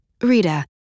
Rita